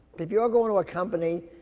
if you're going to a company